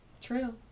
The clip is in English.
True